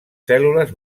cèl·lules